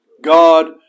God